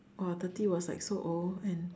!wah! thirty was like so old and